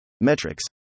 metrics